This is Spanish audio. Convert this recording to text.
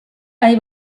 hay